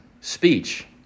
speech